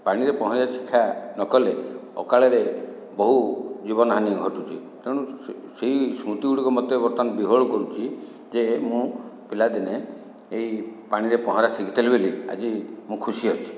ପାଣିରେ ପହଁରିବା ଶିକ୍ଷା ନକଲେ ଅକାଳରେ ବହୁ ଜୀବନହାନି ଘଟୁଛି ତେଣୁ ସେହି ସ୍ମୃତି ଗୁଡ଼ିକ ମୋତେ ବର୍ତ୍ତମାନ ବିହ୍ୱୋଳ କରୁଛି ଯେ ମୁଁ ପିଲାଦିନେ ଏହି ପାଣିରେ ପହଁରା ଶିଖିଥିଲି ବୋଲି ଆଜି ମୁଁ ଖୁସି ଅଛି